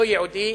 לא ייעודי,